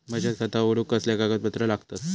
बचत खाता उघडूक कसले कागदपत्र लागतत?